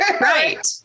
Right